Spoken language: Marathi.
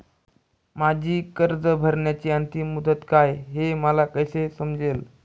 माझी कर्ज भरण्याची अंतिम मुदत काय, हे मला कसे समजेल?